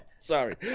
sorry